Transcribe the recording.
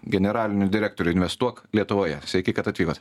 generaliniu direktoriu investuok lietuvoje sveiki kad atvykot